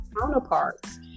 counterparts